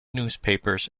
newspapers